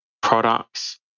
products